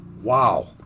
Wow